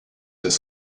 des